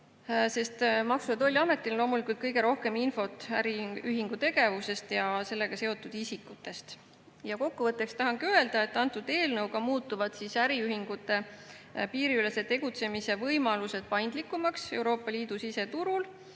sest Maksu- ja Tolliametil on loomulikult kõige rohkem infot äriühingu tegevuse ja sellega seotud isikute kohta. Kokkuvõtteks tahan öelda, et eelnõuga muutuvad äriühingute piiriülese tegutsemise võimalused paindlikumaks Euroopa Liidu siseturul.